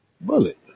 bullet